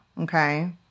okay